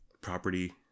property